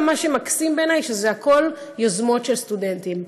מה שמקסים בעיני שזה הכול יוזמות של סטודנטים.